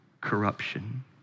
corruption